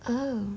oh